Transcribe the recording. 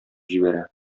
җибәрә